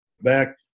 back